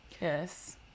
Yes